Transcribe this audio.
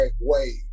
wave